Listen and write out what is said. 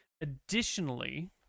additionally